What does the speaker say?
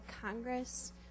Congress